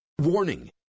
Warning